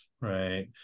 Right